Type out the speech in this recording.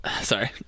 Sorry